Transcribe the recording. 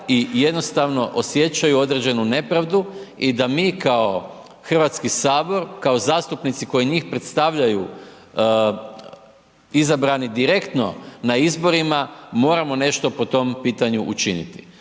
i jednostavno, osjećaju određenu nepravdu i da mi kao HS, kao zastupnici koji njih predstavljaju izabrani direktno na izborima moramo nešto po tom pitanju učiniti.